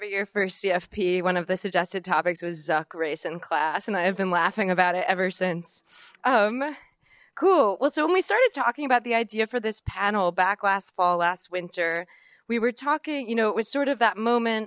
so your first cfp one of the suggested topics was duct race and class and i've been laughing about it ever since um cool well so when we started talking about the idea for this panel back last fall last winter we were talking you know it was sort of that moment